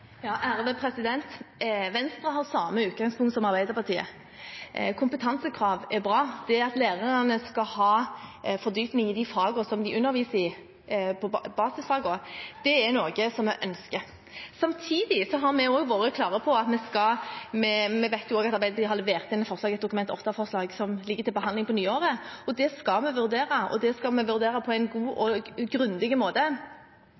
Venstre har samme utgangspunkt som Arbeiderpartiet. Kompetansekrav er bra, og at lærerne skal ha fordypning i basisfagene de underviser i, er noe som er ønsket. Vi vet også at Arbeiderpartiet har levert inn et Dokument 8-forslag som ligger til behandling på nyåret. Det skal vi vurdere, og vi skal vurdere det på en god og grundig måte.